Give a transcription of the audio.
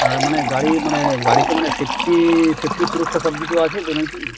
হ্যাঁ মানে গাড়ি মানে গাড়িতে মানে সেফটি সেফটি সুরক্ষা সব কিছু আছে তো না কি